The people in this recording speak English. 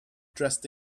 dressed